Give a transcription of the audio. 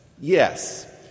Yes